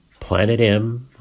planetm